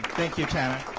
thank you. tana. i